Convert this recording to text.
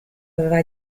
aveva